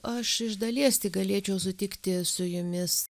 aš iš dalies tik galėčiau sutikti su jumis